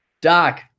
Doc